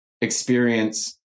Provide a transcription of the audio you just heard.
experience